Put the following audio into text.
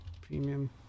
premium